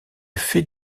fait